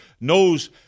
knows